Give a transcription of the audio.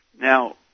Now